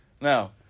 Now